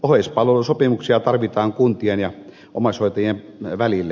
oheispalvelusopimuksia tarvitaan kuntien ja omaishoitajien välille